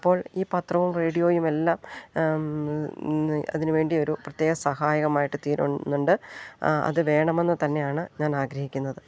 അപ്പോൾ ഈ പത്രവും റേഡിയോയും എല്ലാം അതിനു വേണ്ടി ഒരു പ്രത്യേക സഹായകമായിട്ട് തീരുന്നുണ്ട് അത് വേണമെന്നു തന്നെയാണ് ഞാൻ ആഗ്രഹിക്കുന്നത്